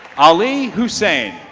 ali hussein.